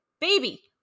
baby